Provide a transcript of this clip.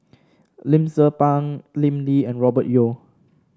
Lim Tze Peng Lim Lee and Robert Yeo